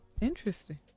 Interesting